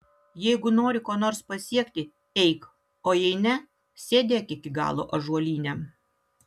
jeigu nori ko nors pasiekti eik o jei ne sėdėk iki galo ąžuolyne